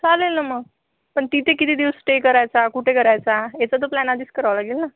चालेल ना मग पण तिथे किती दिवस स्टे करायचा कुठे करायचा याचा तर प्लान आधीच करावा लागेल ना